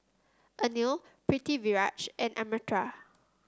Anil Pritiviraj and Amartya